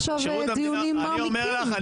אני אומר לך,